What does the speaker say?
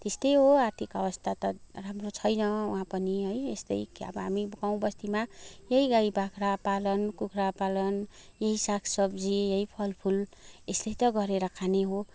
त्यस्तै हो आर्थिक अवस्था त राम्रो छैन वहाँ पनि है यस्तै अब हामी गाउँ बस्तीमा यही गाई बाख्रा पालन कुखुरा पालन यही साग सब्जी है यही फलफुल यसले त गरेर खाने हो